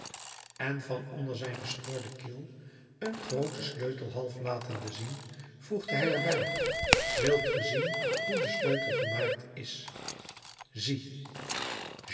en van onder zijn gescheurden kiel een grooten sleutel half latende zien voegde hij er bij wilt ge zien hoe de sleutel gemaakt is zie